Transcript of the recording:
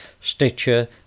Stitcher